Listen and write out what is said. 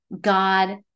god